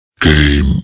game